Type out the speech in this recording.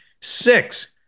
Six